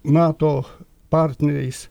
nato partneriais